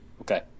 Okay